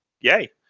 yay